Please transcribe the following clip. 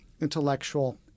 intellectual